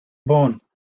born